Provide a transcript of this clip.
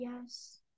yes